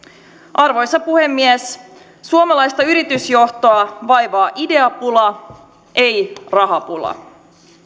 arvoisa puhemies suomalaista yritysjohtoa vaivaa ideapula ei rahapula